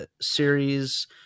series